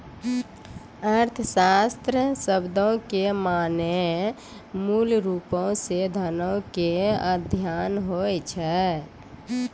अर्थशास्त्र शब्दो के माने मूलरुपो से धनो के अध्ययन होय छै